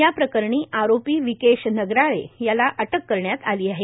या प्रकरणी आरोपी विकेश नगराळे याला अटक करण्यात आली आहे